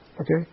Okay